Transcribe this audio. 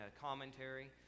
commentary